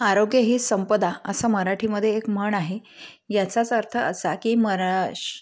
आरोग्य ही संपदा असं मराठीमध्ये एक म्हण आहे ह्याचाच अर्थ असा की मरा